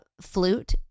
flute